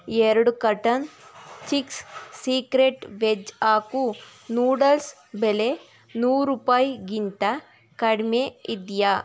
ಎರಡು ಕಟನ್ Ching's secret veg hakka noodles ಬೆಲೆ ನೂರು ರೂಪಾಯಿಗಿಂತ ಕಡಿಮೆ ಇದೆಯಾ